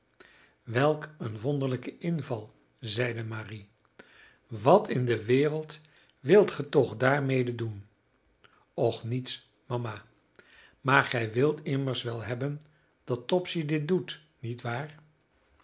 welk een wonderlijke inval zeide marie wat in de wereld wilt ge toch daarmede doen och niets mama maar gij wilt immers wel hebben dat topsy dit doet niet waar